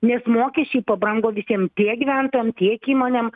nes mokesčiai pabrango visiem tiek gyventojam tiek įmonėm